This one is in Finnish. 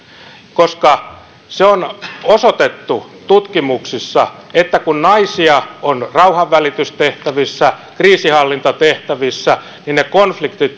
koska on osoitettu tutkimuksissa että kun naisia on rauhanvälitystehtävissä kriisinhallintatehtävissä ne konfliktit